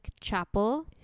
chapel